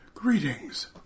Greetings